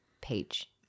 page